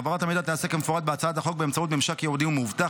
העברת המידע תיעשה כמפורט בהצעת החוק באמצעות ממשק ייעודי ומאובטח,